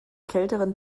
kälteren